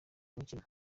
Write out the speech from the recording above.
mukino